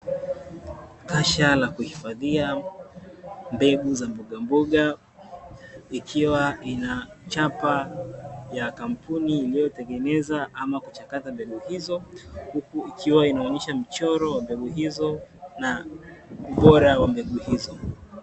Kasha la kuhifadhia mbegu za mbogamboga, likiwa lina chapa ya kampuni iliyotengeneza ama kuchakata mbegu hizo, huku ikiwa inaonyesha mchoro wa mbegu hizo na ubora wa mbegu hizo.